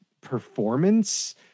performance